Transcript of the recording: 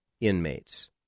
inmates